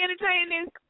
entertaining